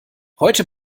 heute